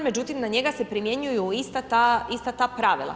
Međutim, na njega se primjenjuju ista ta pravila.